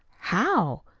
how?